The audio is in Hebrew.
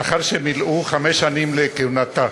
לאחר שמלאו חמש שנים לכהונתה.